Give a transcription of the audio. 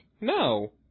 No